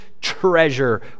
treasure